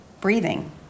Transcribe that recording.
breathing